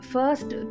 First